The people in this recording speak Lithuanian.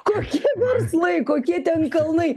kokie verslai kokie ten kalnai